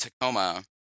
Tacoma